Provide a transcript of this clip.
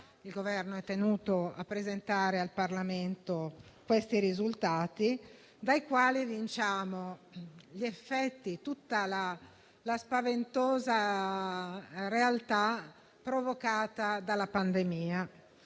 Il Governo è tenuto a presentare al Parlamento questi risultati, dai quali evinciamo gli effetti di tutta la spaventosa realtà provocata dalla pandemia.